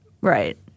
Right